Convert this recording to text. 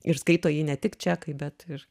ir skaito jį ne tik čekai bet ir